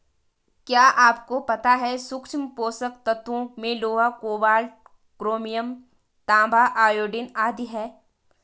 क्या आपको पता है सूक्ष्म पोषक तत्वों में लोहा, कोबाल्ट, क्रोमियम, तांबा, आयोडीन आदि है?